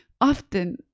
often